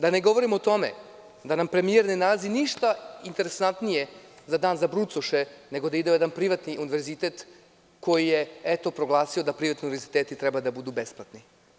Da ne govorim o tome da nam premijer ne nalazi ništa interesantnije za Dan za brucoše nego da ide na jedan privatni univerzitet koji je proglasio da privatni univerziteti treba da budu besplatni.